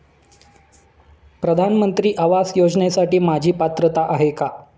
प्रधानमंत्री आवास योजनेसाठी माझी पात्रता आहे का?